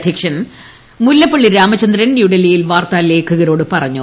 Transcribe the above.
അധ്യക്ഷൻ മുല്ലപ്പള്ളി രാമചന്ദ്രൻ ന്യൂഡൽഹിയിൽ വാർത്താലേഖകരോട് പറഞ്ഞു